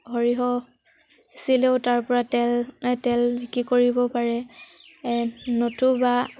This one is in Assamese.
সৰিয়হ পিচিলেও তাৰপৰা তেল তেল বিক্ৰী কৰিব পাৰে নতুবা